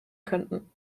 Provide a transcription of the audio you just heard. könnten